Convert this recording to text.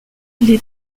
les